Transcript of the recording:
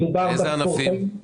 באילו ענפים?